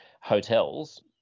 hotels